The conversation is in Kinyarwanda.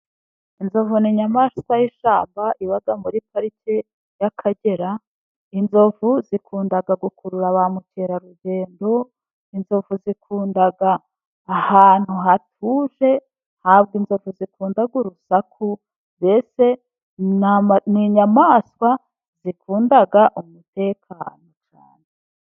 Inzovu n'inyamaswa y'ishyamba iba muri parike y'akagera, inzovu zikunda gukurura ba mukerarugendo, inzovu zikunda ahantu hatuje ntabwo inzovu zikunda urusaku, mbese n'inyamaswa zikunda umutekano cyane.